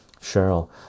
Cheryl